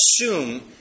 assume